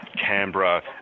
Canberra